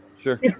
Sure